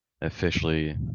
officially